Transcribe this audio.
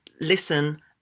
listen